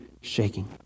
shaking